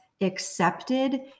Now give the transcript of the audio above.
accepted